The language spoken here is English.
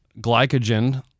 glycogen